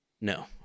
No